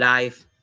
life